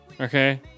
okay